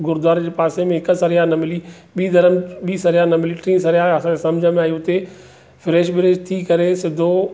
गुरुद्वारे जे पासे में हिकु सराइ न मिली ॿीं धरन ॿीं सराइ न मिली टीं सराइ असां सम्झि में आई हुते फ्रैश ब्रैश थी करे सिधो